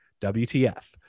WTF